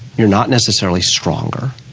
you're not necessarily stronger,